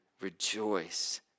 rejoice